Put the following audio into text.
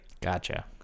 Gotcha